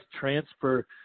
transfer